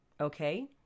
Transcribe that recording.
okay